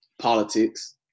Politics